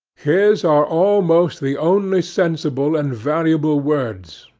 his are almost the only sensible and valuable words,